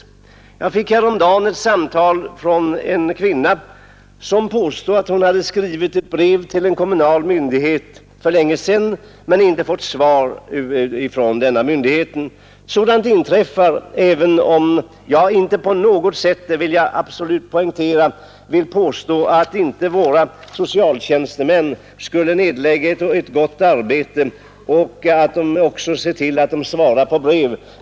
Jag fick häromdagen ett samtal från en kvinna, som påstod att hon hade skrivit ett brev till en kommunal myndighet för länge sedan, men inte fått svar från denna myndighet. Sådant inträffar, även om jag inte på något sätt — det vill jag absolut poängtera — vill påstå att våra socialtjänstemän inte skulle nedlägga ett gott arbete och också se till att de svarar på brev.